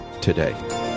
Today